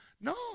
No